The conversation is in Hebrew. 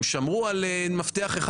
הם שמרו על מפתח אחד.